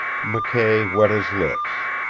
mckay wet his lips.